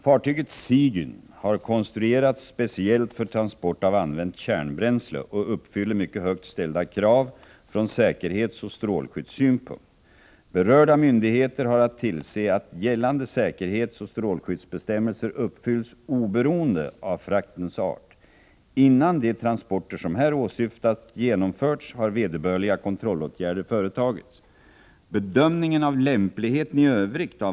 Fartyget Sigyn har konstruerats speciellt för transporter av använt kärnbränsle och uppfyller mycket högt ställda krav från säkerhetsoch strålskyddssynpunkt. Berörda myndigheter har att tillse att gällande säkerhetsoch strålskyddsbestämmelser uppfylls oberoende av fraktens art. Innan de transporter, som här åsyftas, genomförts har vederbörliga kontrollåtgärder företagits.